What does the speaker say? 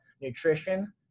nutrition